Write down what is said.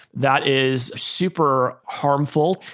that is super harmful.